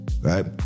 right